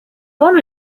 fun